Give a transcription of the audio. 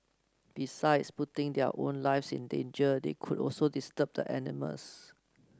besides putting their own lives in danger they could also disturb the animals